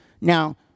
Now